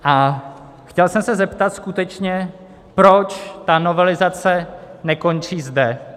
A chtěl jsem se zeptat skutečně, proč ta novelizace nekončí zde.